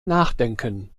nachdenken